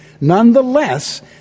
Nonetheless